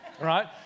right